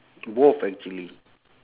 both actually